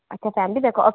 अच्छा family pack